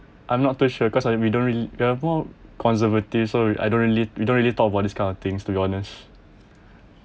I'm not too sure cause we don't really we're more conservative so I don't really we don't really talk about these kind of things to be honest